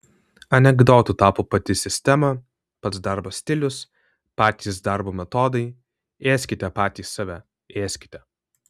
anekdotu tapo pati sistema pats darbo stilius patys darbo metodai ėskite patys save ėskite